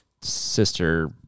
sister